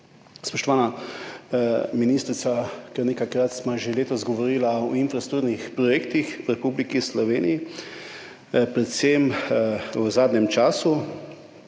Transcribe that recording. Spoštovana ministrica, kar nekajkrat sva že letos govorila o infrastrukturnih projektih v Republiki Sloveniji, predvsem v zadnjem času.